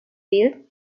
built